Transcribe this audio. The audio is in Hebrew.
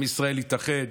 עם ישראל התאחד.